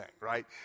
Right